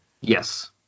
Yes